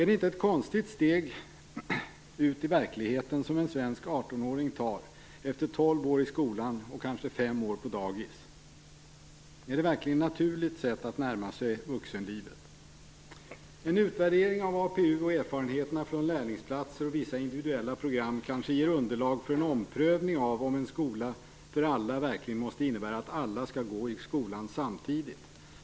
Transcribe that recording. Är det inte ett konstigt steg ut i verkligheten som en svensk 18-åring tar efter tolv år i skolan och kanske fem år på dagis? Är det verkligen ett naturligt sätt att närma sig vuxenlivet? En utvärdering av APU och erfarenheterna från lärlingsplatser och vissa individuella program ger kanske underlag för en omprövning av om en skola för alla verkligen måste innebära att alla skall gå i skolan samtidigt.